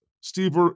Steve